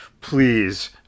please